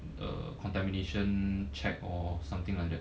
uh contamination check or something like that